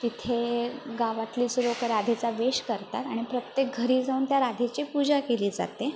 तिथे गावातलीच लोकं राधेचा वेष करतात आणि प्रत्येक घरी जाऊन त्या राधेची पूजा केली जाते